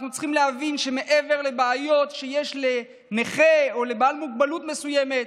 אנחנו צריכים להבין שמעבר לבעיות שיש לנכה או לבעל מוגבלות מסוימת,